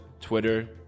Twitter